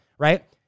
right